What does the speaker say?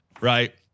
right